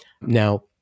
Now